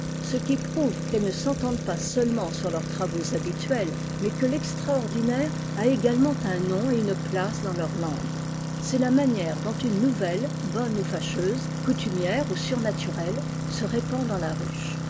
ce qui prouve qu'elles ne s'entendent pas seulement sur leurs travaux habituels mais que l'extraordinaire a également un nom et une place dans leur langue c'est la manière dont une nouvelle bonne ou fâcheuse coutumière ou surnaturelle se répand dans la ruche